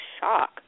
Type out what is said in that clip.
shock